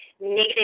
negative